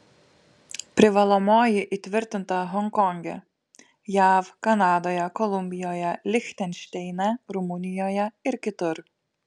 privalomoji įtvirtinta honkonge jav kanadoje kolumbijoje lichtenšteine rumunijoje ir kitur